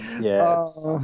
Yes